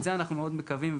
את זה אנחנו מאוד מקווים,